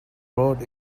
road